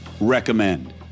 recommend